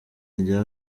rya